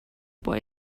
boy